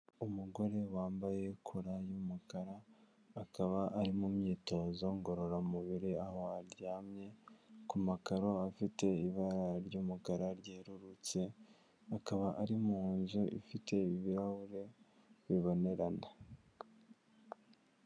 Umugore wambaye kora y'umukara, akaba ari mu myitozo ngororamubiri, aho aryamye ku makaro afite ibara ry'umukara ryerurutse, akaba ari mu nzu ifite ibirahure bibonerana.